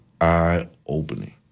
eye-opening